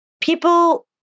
people